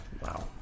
Wow